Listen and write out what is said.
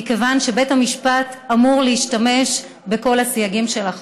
מכיוון שבית המשפט אמור להשתמש בכל הסייגים של החוק.